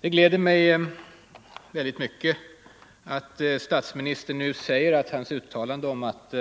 Det gläder mig mycket att statsministern nu säger att hans uttalande om att